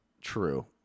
true